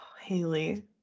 Haley